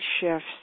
shifts